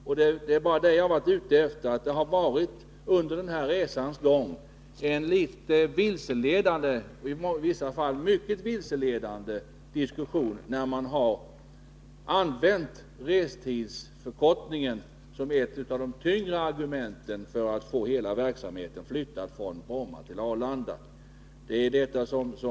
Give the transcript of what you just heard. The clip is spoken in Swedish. Vad jag har varit ute efter är att det under resans gång har varit vilseledande, i vissa fall mycket vilseledande, när man i diskussionen har använt restidsförkortningen som ett av de tyngre argumenten för att få hela verksamheten flyttad från Bromma till Arlanda.